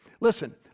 Listen